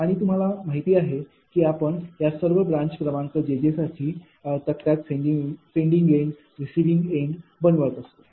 आणि तुम्हाला माहित आहे की आपण या सर्व ब्रांच क्रमांक jj साठी तक्त्यात सेंडिंग एन्ड आणि रिसिविंग एन्ड बनवत असतो